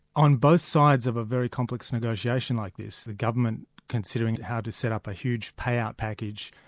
on both sides of a very complex negotiation like this, the government considering how to set up a huge payout package,